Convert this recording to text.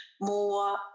more